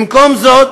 במקום זאת